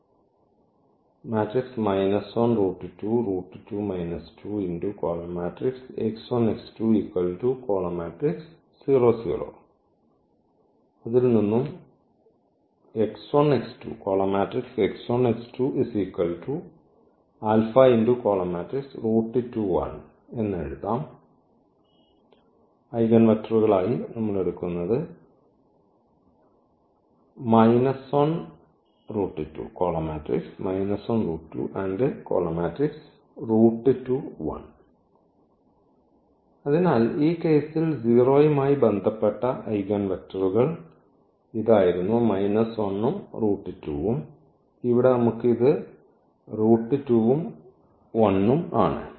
ഐഗൺവെക്ടറുകൾ അതിനാൽ ഈ കേസിൽ 0 മായി ബന്ധപ്പെട്ട ഐഗൺവെക്റ്ററുകൾ ഇതായിരുന്നു ഉം ഉം ഇവിടെ നമുക്ക് ഇത് ഉം ഉം ആണ്